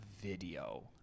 video